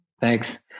Thanks